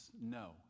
No